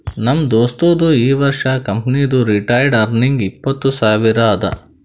ನಮ್ ದೋಸ್ತದು ಈ ವರ್ಷ ಕಂಪನಿದು ರಿಟೈನ್ಡ್ ಅರ್ನಿಂಗ್ ಇಪ್ಪತ್ತು ಸಾವಿರ ಅದಾ